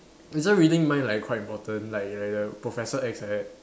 isn't reading mind like quite important like like the professor X like that